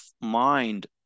mind